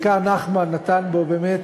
בעיקר נחמן נתן פה באמת